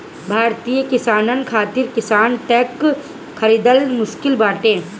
भारतीय किसानन खातिर किसानी ट्रक खरिदल मुश्किल बाटे